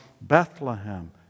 Bethlehem